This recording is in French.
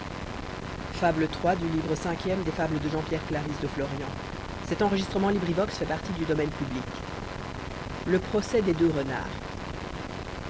le procès des deux renards